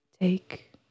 take